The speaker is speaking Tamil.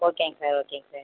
ஓகேங்க சார் ஓகேங்க சார்